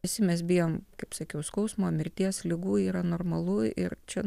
visi mes bijom kaip sakiau skausmo mirties ligų yra normalu ir čia